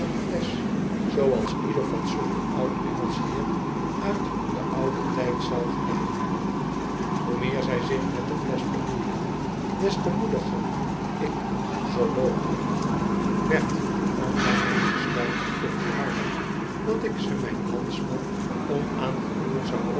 zooals ieder fatsoenlijk oud engelsen heer uit den ouden tijd zou gedaan hebben hoe meer zij zich met de flesch bemoeiden des te moediger ik zoo mogelijk werd om bij mijn besluit ie volharden dat ik ze mijn landsman onaangeroerd zou